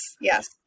yes